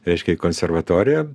reiškia į konservatoriją